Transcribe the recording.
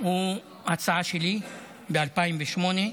זאת הצעה שלי ב-2008.